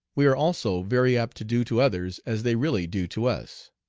we are also very apt to do to others as they really do to us.